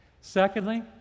Secondly